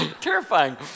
terrifying